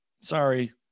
Sorry